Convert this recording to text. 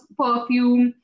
perfume